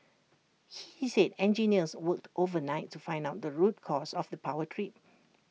he said engineers worked overnight to find out the root cause of the power trip